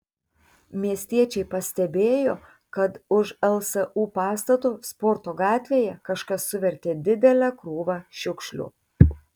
miestiečiai pastebėjo kad už lsu pastato sporto gatvėje kažkas suvertė didelę krūvą šiukšlių